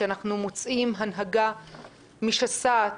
כשאנחנו מוצאים הנהגה משסעת,